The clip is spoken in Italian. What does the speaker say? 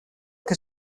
che